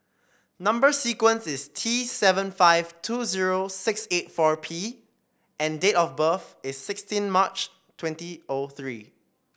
number sequence is T seven five two zero six eight four P and date of birth is sixteen March twenty O three